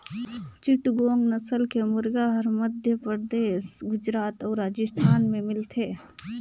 चिटगोंग नसल के मुरगा हर मध्यपरदेस, गुजरात अउ राजिस्थान में मिलथे